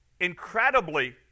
incredibly